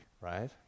right